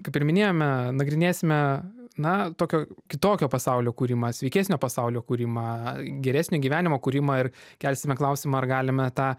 kaip ir minėjome nagrinėsime na tokio kitokio pasaulio kūrimą sveikesnio pasaulio kūrimą geresnio gyvenimo kūrimą ir kelsime klausimą ar galime tą